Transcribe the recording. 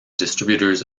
distributors